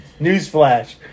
Newsflash